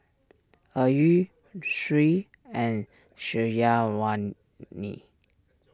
Ayu Sri and Syazwani